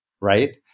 right